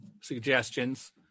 suggestions